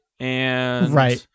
Right